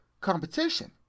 competition